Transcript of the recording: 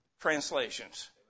translations